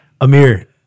amir